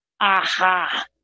aha